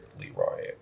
Leroy